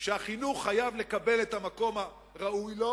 שהחינוך חייב לקבל את המקום הראוי לו,